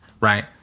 right